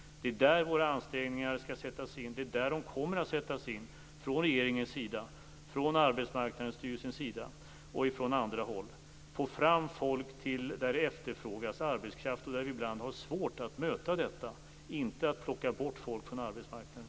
Det är där våra ansträngningar skall sättas in. Det är där de från regeringens sida, från Arbetsmarknadsstyrelsens sida och från andra håll kommer att sättas in. Det gäller att få fram folk till där det efterfrågas arbetskraft, och där vi ibland har svårt att möta detta. Det handlar inte om att plocka bort människor från arbetsmarknaden.